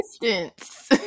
distance